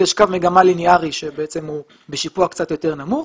יש קו מגמה ליניארי שבעצם הוא בשיפוע קצת יותר נמוך.